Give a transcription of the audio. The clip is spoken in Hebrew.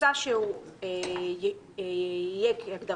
ההצעה של חבר הכנסת קרעי מדברת על כך שהשכר הממוצע יהיה כהגדרתו